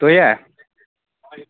تۄہہِ ہہ